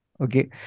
Okay